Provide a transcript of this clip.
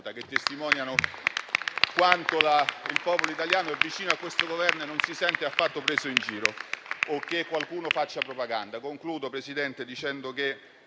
che testimoniano quanto il popolo italiano sia vicino a questo Governo, non si senta affatto preso in giro e non pensi che facciano propaganda.